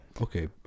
Okay